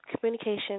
communication